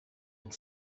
une